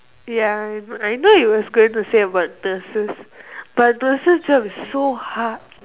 ya I know it was going to say about nurses but nurses job is so hard